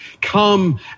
come